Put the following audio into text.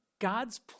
God's